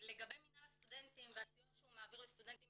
לגבי מינהל הסטודנטים והסיוע שהוא מעביר לסטודנטים